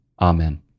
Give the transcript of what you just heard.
Amen